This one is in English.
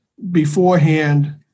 beforehand